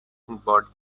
body